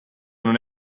non